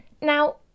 Now